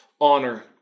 Honor